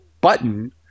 button